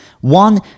One